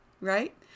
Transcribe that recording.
Right